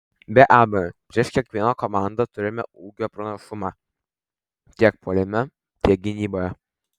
be abejo prieš kiekvieną komandą turime ūgio pranašumą tiek puolime tiek gynyboje